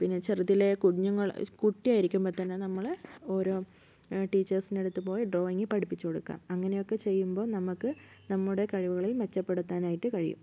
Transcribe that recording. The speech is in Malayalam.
പിന്നെ ചെറുതിലേ കുഞ്ഞുങ്ങൾ കുട്ടിയായിരിക്കുമ്പോൾത്തന്നെ നമ്മൾ ഓരോ ടീച്ചേഴ്സിൻ്റെ അടുത്തു പോയി ഡ്രോയിങ് പഠിപ്പിച്ചു കൊടുക്കുക അങ്ങനെയൊക്കെ ചെയ്യുമ്പോൾ നമുക്ക് നമ്മുടെ കഴിവുകളെ മെച്ചപ്പെടുത്താനായിട്ട് കഴിയും